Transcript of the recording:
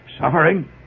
suffering